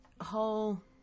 whole